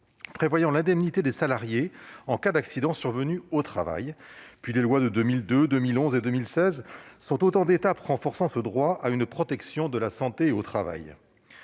prévoyait l'indemnité des salariés en cas d'accident survenu au travail. Quant aux lois de 2002, de 2011 et de 2016, elles furent autant d'étapes renforçant le droit à une protection de la santé au travail.